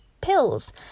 pills